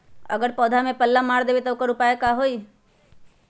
अगर पौधा में पल्ला मार देबे त औकर उपाय का होई?